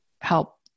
help